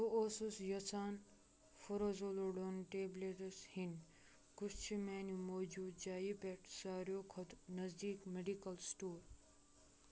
بہٕ اوسُس یژھان فُورزولوڈن ٹیبلیٚٹ ہٮ۪نۍ، کُس چھُ میانہِ موٗجوٗدٕ جایہِ پٮ۪ٹھ ساروِی کھۄتہٕ نزدیٖک میڈیکل سٹور ؟